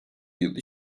yıl